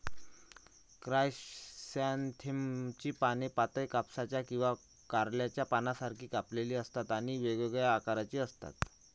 क्रायसॅन्थेममची पाने पातळ, कापसाच्या किंवा कारल्याच्या पानांसारखी कापलेली असतात आणि वेगवेगळ्या आकाराची असतात